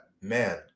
man